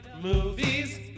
movies